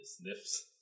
Sniffs